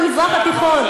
במזרח התיכון,